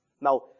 Now